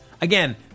again